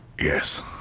yes